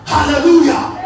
Hallelujah